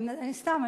סתם,